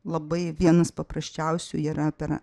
labai vienas paprasčiausių yra per